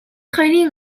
хоёрын